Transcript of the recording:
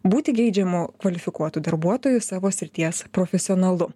būti geidžiamu kvalifikuotu darbuotoju savo srities profesionalu